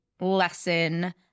lesson